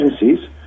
agencies